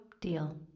Deal